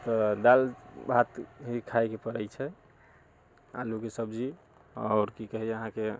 तऽ दालि भात ही खाइके पड़ै छै आलुके सब्जी आओर की कही अहाँके